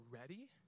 ready